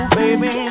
baby